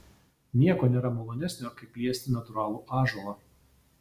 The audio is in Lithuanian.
nieko nėra malonesnio kaip liesti natūralų ąžuolą